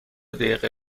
دقیقه